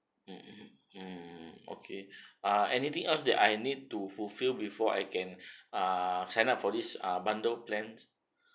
mm mm mm okay err anything else that I need to fulfill before I can err sign up for this uh bundle plans